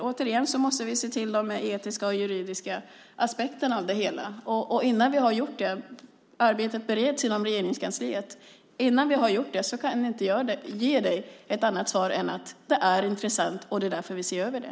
Vi måste se till de etiska och juridiska aspekterna av det hela. Arbetet bereds inom Regeringskansliet. Innan vi är klara med det kan jag inte ge dig något annat svar än att det är intressant och att det är därför vi ser över det.